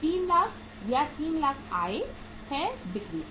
3 लाख या 300000 आय है बिक्री से